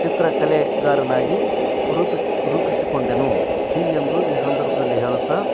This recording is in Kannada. ಚಿತ್ರಕಲೆಗಾರನಾಗಿ ರೂಪಿತ್ಸ ರೂಪಿಸಿಕೊಂಡೆನು ಹೀಗೆಂದು ಈ ಸಂದರ್ಭದಲ್ಲಿ ಹೇಳುತ್ತಾ